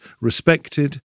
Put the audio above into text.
respected